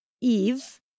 Eve